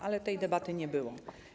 Ale tej debaty nie było.